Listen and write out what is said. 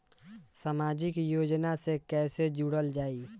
समाजिक योजना से कैसे जुड़ल जाइ?